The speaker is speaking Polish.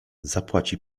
zapłaci